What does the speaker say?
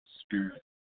spirit